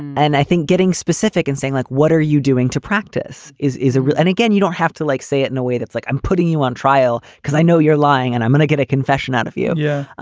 and i think getting specific and saying, like, what are you doing to practice? is is it? and again, you don't have to like say it in a way that's like i'm putting you on trial because i know you're lying and i'm going to get a confession out of you. yeah,